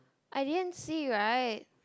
I didn't see right